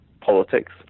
politics